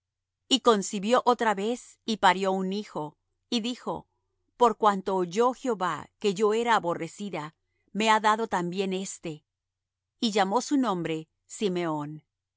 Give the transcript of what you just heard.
y concibió otra vez y parió un hijo y dijo por cuanto oyó jehová que yo era aborrecida me ha dado también éste y llamó su nombre simeón